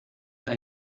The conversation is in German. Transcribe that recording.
aber